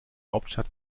hauptstadt